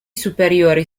superiori